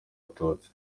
abatutsi